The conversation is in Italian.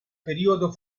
periodo